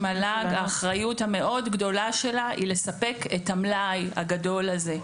האחריות המאוד גדולה של ות"ת-מל"ג היא לספק את המלאי הגדול הזה.